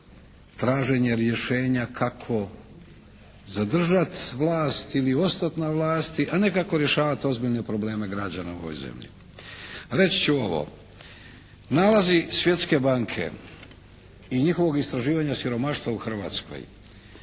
traženje rješenja kako zadržat vlast ili ostat na vlasti a ne kako rješavati ozbiljne probleme građana u ovoj zemlji. Reći ću ovo. Nalazi Svjetske banke i njihovog istraživanja siromaštva u Hrvatskoj,